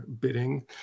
bidding